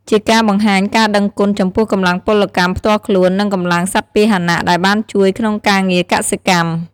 ជាការ បង្ហាញការដឹងគុណ ចំពោះកម្លាំងពលកម្មផ្ទាល់ខ្លួន និងកម្លាំងសត្វពាហនៈដែលបានជួយក្នុងការងារកសិកម្ម។